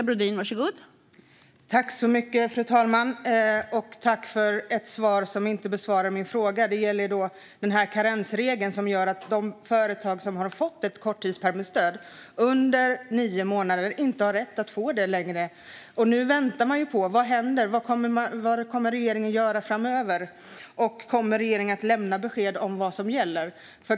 Fru talman! Tack, ministern, för ett svar som inte besvarar min fråga! Frågan gällde ju karensregeln, som innebär att de företag som har fått korttidsstöd under nio månader inte har rätt att få det längre. Nu väntar de på vad regeringen kommer att göra framöver. Kommer regeringen att lämna besked om vad som gäller?